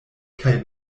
kaj